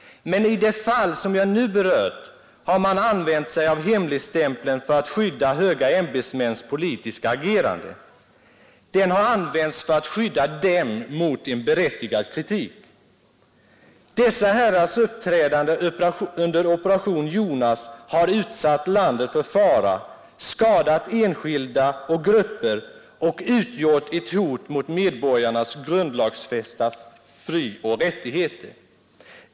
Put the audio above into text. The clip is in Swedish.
Men i det fall som jag nu berört har man använt sig av hemligstämpeln för att skydda höga ämbetsmäns politiska agerande. Den har använts för att skydda dem mot en berättigad kritik. Dessa herrars uppträdande under Operation Jonas har utsatt landet för fara, skadat enskilda och grupper och utgjort ett hot mot medborgarnas grundlagsfästa frioch rättigheter.